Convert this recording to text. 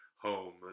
home